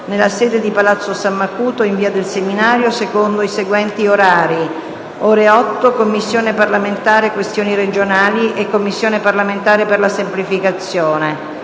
nella sede di Palazzo San Macuto, in via del Seminario, secondo i seguenti orari: - ore 8, Commissione parlamentare questioni regionali e Commissione parlamentare per la semplificazione;